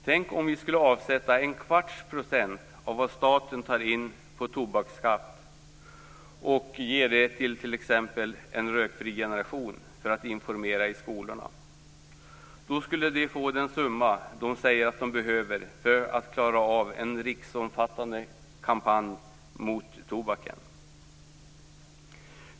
Tänk om vi avsatte 0,25 % av vad staten tar in på tobaksskatten och gav det t.ex. till En Rökfri Generation för information i skolorna! Då skulle man få den summa som man säger sig behöva för att klara en riksomfattande kampanj mot tobaken.